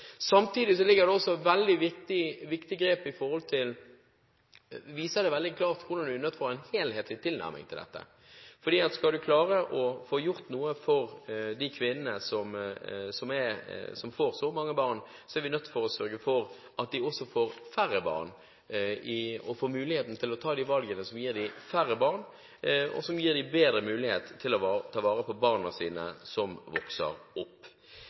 Samtidig viser det veldig klart hvordan en er nødt til å ha en helhetlig tilnærming til dette. Skal man klare å få gjort noe for de kvinnene som får så mange barn, er vi nødt til å sørge for at de også får færre barn, at de får muligheten til å ta de valgene som gir dem færre barn, og som gir dem bedre mulighet til å ta vare på de barna som vokser opp.